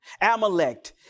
Amalek